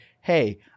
hey